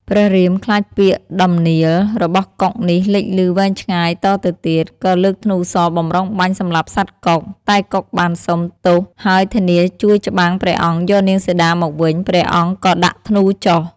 ព្រះរាមខ្លាចពាក្យដំនៀល របស់កុកនេះលេចឮវែងឆ្ងាយតទៅទៀត ក៏លើធ្នូសរបម្រុងបាញ់សម្លាប់សត្វកុក តែកុកបានសុំ ទោសហើយធានាជួយច្បាំងព្រះអង្គយកនាងសីតាមកវិញ ព្រះអង្គក៏ដាក់ធ្នូចុះ។